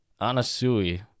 Anasui